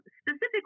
specifically